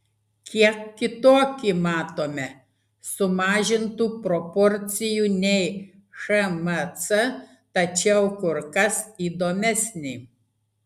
kiek kitokį matome sumažintų proporcijų nei šmc tačiau kur kas įdomesnį